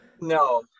no